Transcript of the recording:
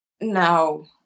no